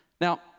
Now